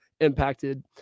impacted